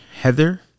Heather